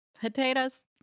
potatoes